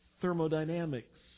thermodynamics